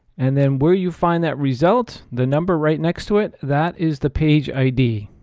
and then, where you find that result, the number right next to it, that is the page id.